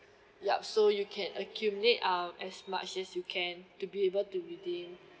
ya so you can accumulate um as much as you can to be able to redeem